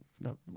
no